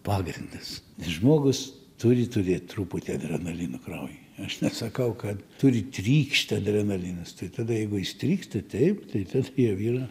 pagrindas žmogus turi turėt truputį adrenalino kraujuj aš nesakau kad turi trykšt adrenalinas tai tada jeigu jis trykšta taip tai tada jau yra